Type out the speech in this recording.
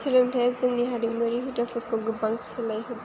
सोलोंथाया जोंनि हारिमुनि हुदाफोरखौ गोबां सोलाय होदों